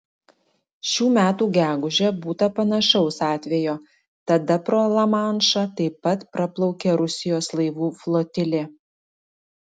šių metų gegužę būta panašaus atvejo tada pro lamanšą taip pat praplaukė rusijos laivų flotilė